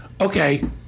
okay